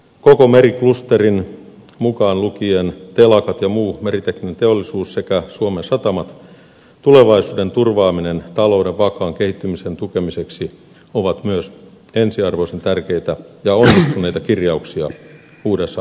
koko meriklusterin mukaan lukien telakat ja muu meritekninen teollisuus sekä suomen satamat tulevaisuuden turvaaminen talouden vakaan kehittymisen tukemiseksi on myös ensiarvoisen tärkeä ja onnistunut kirjaus uudessa